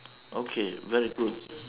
okay very good